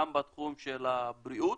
גם בתחום של הבריאות,